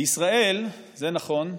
בישראל, זה נכון,